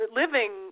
living